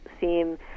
seem